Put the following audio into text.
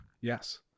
yes